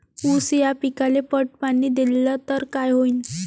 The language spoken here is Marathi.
ऊस या पिकाले पट पाणी देल्ल तर काय होईन?